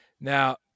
now